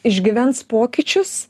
išgyvens pokyčius